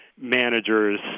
managers